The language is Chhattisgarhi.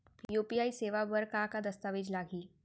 यू.पी.आई सेवा बर का का दस्तावेज लागही?